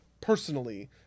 personally